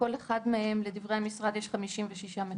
בכל אחד מהם, לדברי המשרד, יש 56 מקומות.